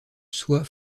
soi